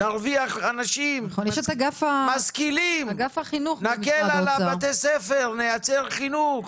אנחנו נרוויח אנשים משכילים ונקל על בתי הספר לייצר חינוך.